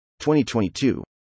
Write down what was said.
2022